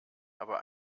aber